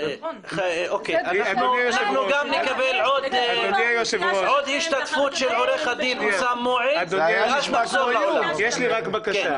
אדוני היושב-ראש, יש לי רק בקשה.